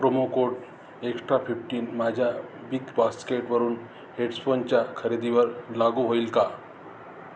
promo code extra fifteen माझ्या big बास्केटवरून हेड्सफोनच्या खरेदीवर लागू होईल का